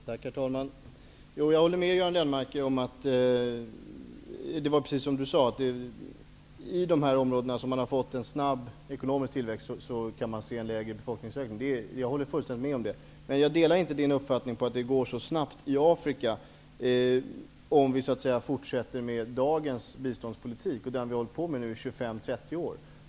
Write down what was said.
Herr talman! Jag håller med Göran Lennmarker om att man i de områden där man fått en snabb ekonomisk tillväxt kan se en lägre befolkningsökning. Men jag delar inte den uppfattningen att det skulle kunna gå så snabbt i Afrika, om vi fortsätter med dagens biståndspolitik, den som vi nu har haft i 25--30 år.